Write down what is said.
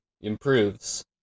improves